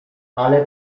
ale